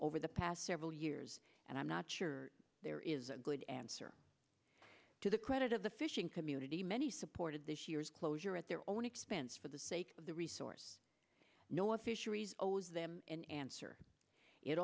over the past several years and i'm not sure there is a good answer to the credit of the fishing community many supported this year's closure at their own expense for the sake of the resource know what fisheries owes them an answer it